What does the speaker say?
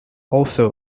also